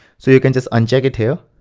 so you can just uncheck it here.